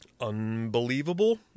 unbelievable